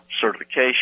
certification